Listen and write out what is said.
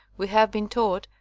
we have been taught,